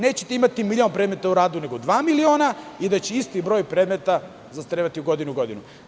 Nećete imati milion predmeta u radu, nego dva miliona i isti broj predmeta će zastarevati iz godine u godinu.